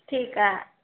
ठीक आहे